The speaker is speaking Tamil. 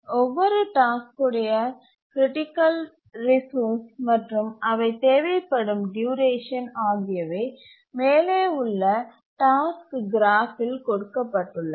ஒவ்வொரு டாஸ்க் உடைய கிரிட்டிக்கல் ரிசோர்ஸ் மற்றும் அவை தேவைப்படும் ட்யூரேஷன் ஆகியவை மேலே உள்ள டாஸ்க் கிராஃப் இல் கொடுக்கப்பட்டுள்ளன